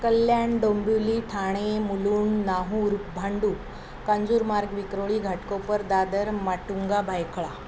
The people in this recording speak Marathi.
कल्याण डोंबिवली ठाणे मुलुंड नाहूर भांडूप कांजूरमार्ग विक्रोळी घाटकोपर दादर माटुंगा भायकळा